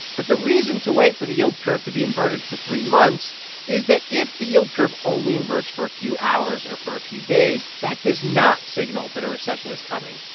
but the reason to wait for the yield curve to be inverted for three months is that if the yield curve only inverts for a few hours or for a few days, that does not signal that a recession is coming.